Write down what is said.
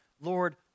Lord